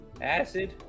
acid